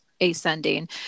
Ascending